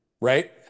right